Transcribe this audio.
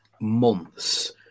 months